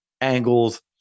angles